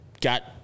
got